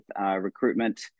recruitment